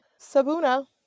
Sabuna